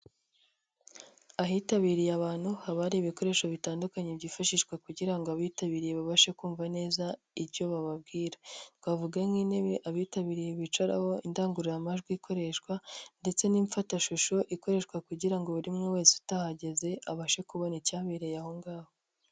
Ahitabiriye abantu haba hari ibikoresho bitandukanye byifashishwa kugira ngo abitabiriye babashe kumva neza icyo bababwira. Twavuga nk'intebe abitabiriye bicaraho, indangururamajwi ikoreshwa ndetse n'imfatashusho ikoreshwa kugira ngo buri muntu wese utahageze abashe kubona icyabereye aho ngaho.